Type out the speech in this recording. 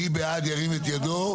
מי בעד ירים את ידו?